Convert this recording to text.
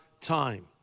time